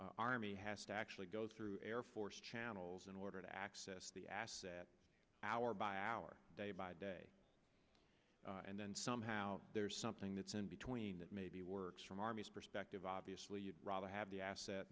the army has to actually go through air force channels in order to access the asset hour by hour day by day and then somehow there's something that's in between that maybe works from army's perspective obviously you'd rather have the asset